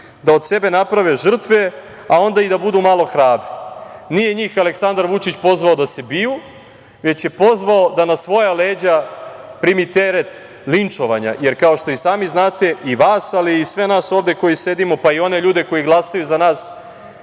da od sebe naprave žrtve, a onda i da budu malo hrabri. Nije njih Aleksandar Vučić pozvao da se biju, već je pozvao da na svoja leđa primi teret linčovanja, jer kao što sami znate, i vas, ali i sve nas ovde koji sedimo, pa i one ljude koji glasaju za nas